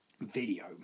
video